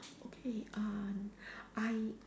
okay uh I